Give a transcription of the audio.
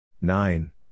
nine